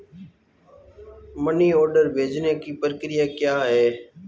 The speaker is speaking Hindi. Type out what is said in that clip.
मनी ऑर्डर भेजने की प्रक्रिया क्या है?